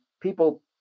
people